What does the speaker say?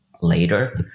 later